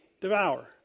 devour